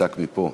דוד כהן.